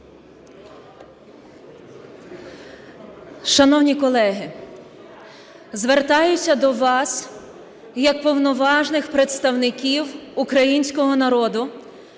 Шановні колеги, звертаюся до вас як повноважних представників українського народу,